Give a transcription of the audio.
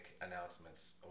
announcements